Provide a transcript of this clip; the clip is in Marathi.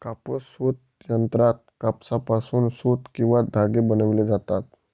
कापूस सूत यंत्रात कापसापासून सूत किंवा धागे बनविले जातात